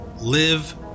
live